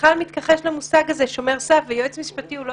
בכלל מתכחש למושג הזה שומר סף, ויועץ משפטי הוא לא